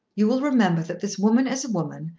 you will remember that this woman is a woman,